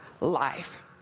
life